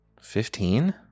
Fifteen